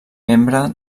membre